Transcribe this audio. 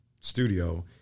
studio